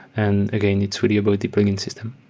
and again, it's really about deploying in system.